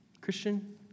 Christian